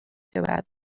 diwedd